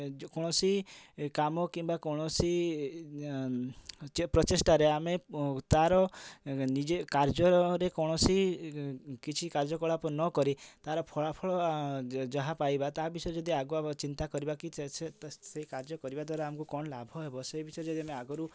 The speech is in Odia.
ଯେ କୌଣସି କାମ କିମ୍ବା କୌଣସି ଯେ ପ୍ରଚେଷ୍ଟାରେ ଆମେ ତା'ର ନିଜେ କାର୍ଯ୍ୟରେ କୌଣସି କିଛି କାର୍ଯ୍ୟ କଳାପ ନକରି ତା'ର ଫଳାଫଳ ଯାହା ପାଇବା ତା ବିଷୟରେ ଯଦି ଆଗୁଆ ଚିନ୍ତା କରିବା କି ସେ କାର୍ଯ୍ୟ କରିବା ଦ୍ୱାରା ଆମକୁ କଣ ଲାଭ ହେବ ସେ ବିଷୟରେ ଯଦି ଆମେ ଆଗୁରୁ